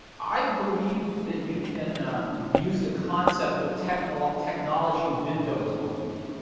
i believe that you can use the concept of technology technology windows opening,